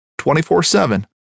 24-7